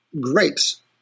grapes